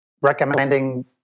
recommending